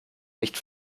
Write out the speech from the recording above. nicht